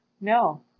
no